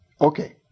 okay